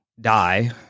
Die